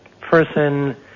person